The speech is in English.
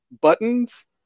buttons